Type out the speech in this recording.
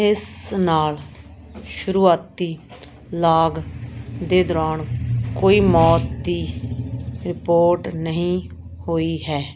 ਇਸ ਨਾਲ ਸ਼ੁਰੂਆਤੀ ਲਾਗ ਦੇ ਦੌਰਾਨ ਕੋਈ ਮੌਤ ਦੀ ਰਿਪੋਰਟ ਨਹੀਂ ਹੋਈ ਹੈ